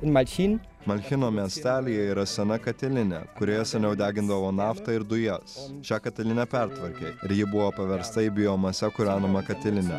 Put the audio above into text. malšinti malšino mes italijoje yra sena katilinė kurioje seniau degindavo naftą ir dujas šią katilinę pertvarkė ir ji buvo paversta į biomase kūrenamą katilinę